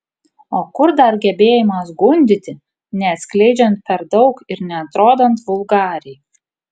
o kur dar gebėjimas gundyti neatskleidžiant per daug ir neatrodant vulgariai